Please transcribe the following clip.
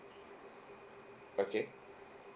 okay